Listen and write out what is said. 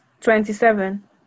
Twenty-seven